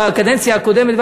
בקדנציה הקודמת,